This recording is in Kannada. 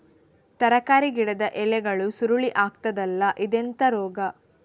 ತರಕಾರಿ ಗಿಡದ ಎಲೆಗಳು ಸುರುಳಿ ಆಗ್ತದಲ್ಲ, ಇದೆಂತ ರೋಗ?